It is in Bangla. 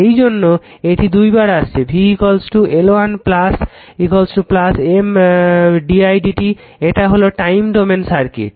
সেইজন্য এটা দুইবার আসছে v L1 M didt এটা হলো টাইম ডোমেন সার্কিট